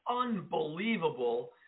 unbelievable